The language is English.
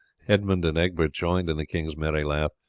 edmund and egbert joined in the king's merry laugh.